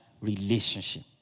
relationship